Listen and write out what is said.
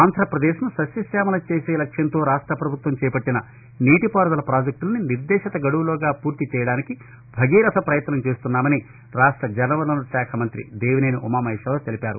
ఆంధ్రాపదేశ్ను సస్యశ్యామలం చేసే లక్ష్మంతో రాష్టపభుత్వం చేపట్టిన నీటిపారుదల ప్రాజెక్టులను నిర్దేశిత గదువులోగా పూర్తిచేయడానికి భగీరథ పయత్నం చేస్తున్నామని రాష్ట్ర జలవనరుల శాఖ మంత్రి దేవినేని ఉమామహేశ్వరరావు తెలిపారు